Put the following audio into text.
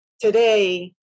today